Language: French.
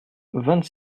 vingt